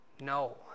No